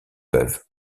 peuvent